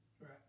Right